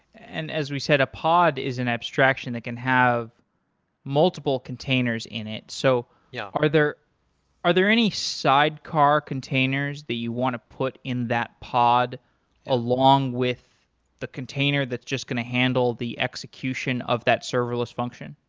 and as we said, a pod is an abstraction that can have multiple containers in it. so yeah are there are there any sidecar containers the you want to put in that pod along with the container that's just going to handle the execution of that serverless function?